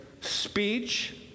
speech